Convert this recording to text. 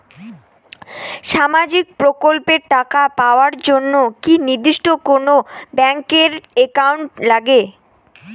সামাজিক প্রকল্পের টাকা পাবার জন্যে কি নির্দিষ্ট কোনো ব্যাংক এর একাউন্ট লাগে?